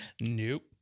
Nope